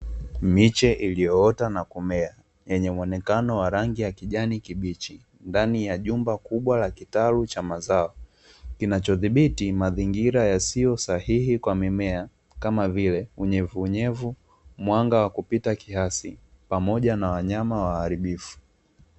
Miche iliyoota na kumea yenye muonekano wa rangi ya kijani kibichi ndani ya jumba kubwa la kitalu cha mazao kinachodhibiti mazingira yasiyosahihi kwa mimea kama vile unyevuunyevu, mwanga wa kupita kiasi pamoja na wanyama waharibifu.